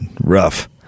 rough